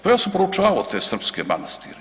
Pa ja sam proučavao te srpske manastire.